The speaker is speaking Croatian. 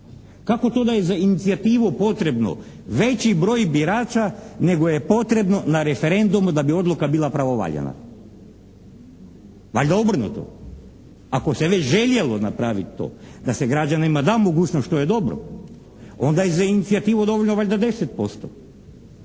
Kako to da je za inicijativu potrebno veći broj birača nego je potrebno na referendumu da bi odluka bila pravovaljana. Valjda obrnuto. Ako se već željelo napravit to da se građanima da mogućnost što je dobro, onda je za inicijativu dovoljno valjda 10%